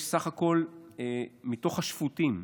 יש בסך הכול, מתוך השפוטים,